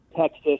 Texas